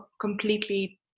completely